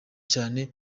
cyane